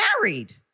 married